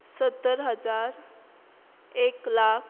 सत्तर हजार एक लाख